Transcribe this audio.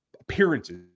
appearances